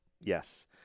Yes